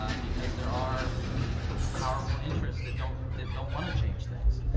ah because there are powerful interests that don't that don't want to change things.